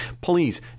Please